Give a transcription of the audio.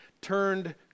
turned